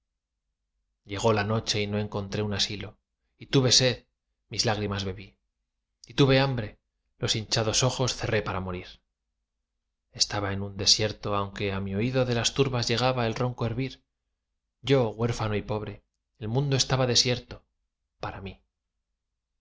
llegó la noche y no encontré un asilo y tuve sed mis lágrimas bebí y tuve hambre los hinchados ojos cerré para morir estaba en un desierto aunque á mi oído de las turbas llegaba el ronco hervir yo era huérfano y pobre el mundo estaba desierto para mí